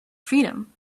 freedom